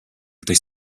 ktoś